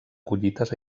collites